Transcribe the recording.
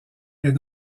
est